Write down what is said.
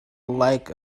like